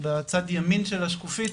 בצד ימין של השקופית,